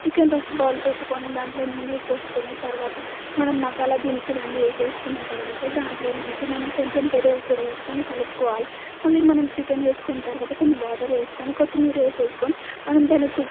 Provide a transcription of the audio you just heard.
chicken first bowl పెట్టుకుని దాంట్లో నూనె పోసుకుని తర్వాత మనం మసాలా దినుసులు అన్నీ వేసుకున్న తర్వాత దాంట్లో నుంచి మనం కొంచెం పెరుగు కూడా వేసుకుని కలుపుకోవాలి మళ్ళీ మనం చికెన్ వేసుకున్న తర్వాత కొంచెం వాటర్ వేసుకుని కొత్తిమీర వేసుకుని మనం దాన్ని కుక్